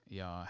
ja